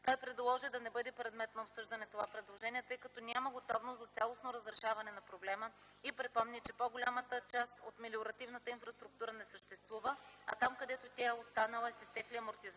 Той предложи да не бъде предмет на обсъждане това предложение, тъй като няма готовност за цялостно разрешаване на проблема и припомни, че по-голяма част от мелиоративната инфраструктура не съществува, а там, където тя е останала е с изтекли амортизационни